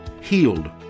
healed